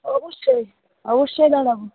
অবশ্যই অবশ্যই দাঁড়াব